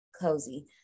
cozy